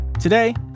Today